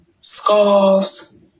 scarves